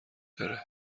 داره